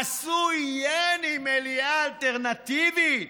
עשו יעני מליאה אלטרנטיבית,